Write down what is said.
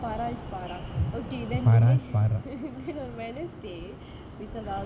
farah is farah okay then then on wednesday it's about